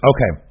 Okay